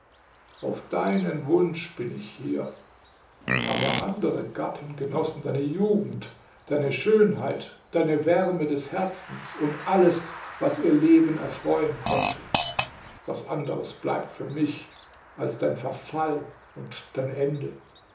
auf deinen wunsch bin ich hier aber andere gatten genossen deine jugend deine schönheit deine wärme des herzens und alles was ihr leben erfreuen konnte was anderes bleibt für mich als dein verfall und dein ende